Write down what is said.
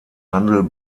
handel